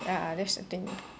ya that's the thing